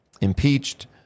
impeached